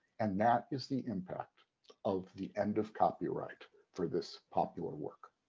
and that is the impact of the end of copyright for this popular work.